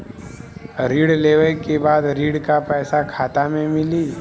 ऋण लेवे के बाद ऋण का पैसा खाता में मिली?